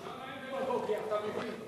עכשיו הייתי, אתה מבין?